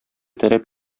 таләп